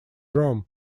rome